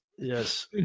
Yes